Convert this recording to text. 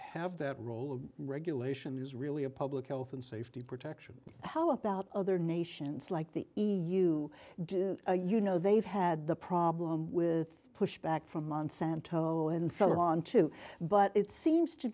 have that role of regulation is really a public health and safety protection how about other nations like the e u do you know they've had the problem with pushback from monsanto and sullivan too but it seems to